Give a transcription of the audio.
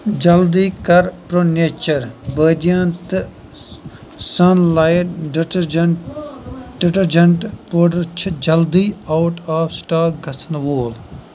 جلدی کَر pro nature بٲدیان تہٕ سَنلایٹ ڈِٹٔرجنٛٹ ڈِٹٔرجنٛٹ پوڈَر چھِ جلدی آوُٹ آف سٕٹاک گژھن وول